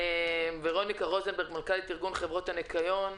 ורוניקה רוזנברג, מנכ"לית ארגון חברות הניקיון,